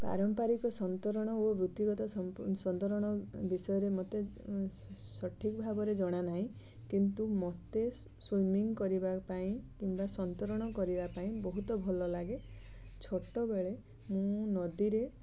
ପାରମ୍ପାରିକ ସନ୍ତରଣ ଓ ବୃତ୍ତିଗତ ସନ୍ତରଣ ବିଷୟରେ ମୋତେ ସଠିକ୍ ଭାବରେ ଜଣା ନାହିଁ କିନ୍ତୁ ମୋତେ ସୁଇମିଂ କରିବା ପାଇଁ କିମ୍ବା ସନ୍ତରଣ କରିବା ପାଇଁ ବହୁତ ଭଲ ଲାଗେ ଛୋଟ ବେଳେ ମୁଁ ନଦୀରେ